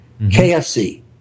KFC